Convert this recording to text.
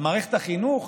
על מערכת החינוך,